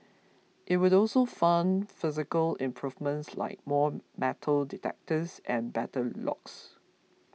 it would also fund physical improvements like more metal detectors and better locks